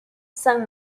san